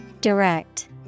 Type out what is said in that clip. Direct